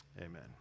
amen